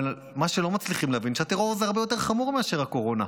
אבל מה שלא מצליחים להבין זה שהטרור הרבה יותר חמור מאשר הקורונה,